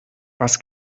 was